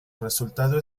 resultado